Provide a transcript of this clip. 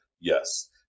Yes